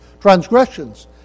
transgressions